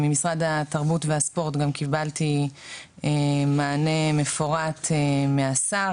ממשרד התרבות והספורט גם קיבלתי מענה מפורט מהשר,